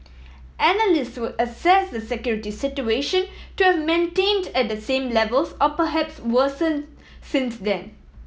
analysts would assess the security situation to have maintained at the same levels or perhaps worsened since then